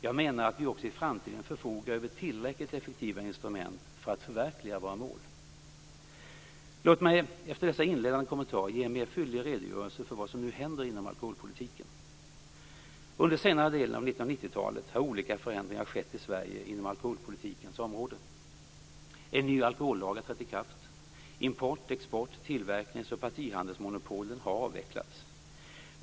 Jag menar att vi också i framtiden förfogar över tillräckligt effektiva instrument för att förverkliga våra mål. Låt mig efter dessa inledande kommentarer ge en mer fyllig redogörelse för vad som nu händer inom alkoholpolitiken. Under senare delen av 1990-talet har olika förändringar skett i Sverige inom alkoholpolitikens område. En ny alkohollag har trätt i kraft. Import-, export-, tillverknings och partihandelsmonopolen har avvecklats.